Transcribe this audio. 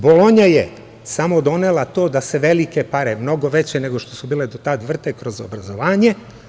Bolonja je samo donela to da se velike pare, mnogo veće nego što su bile do tad vrte kroz obrazovanje.